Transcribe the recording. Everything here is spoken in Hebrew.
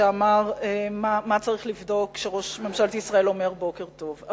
שאמר מה צריך לבדוק כשראש ממשלת ישראל אומר בוקר טוב,